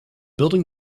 building